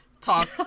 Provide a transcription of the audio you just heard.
talk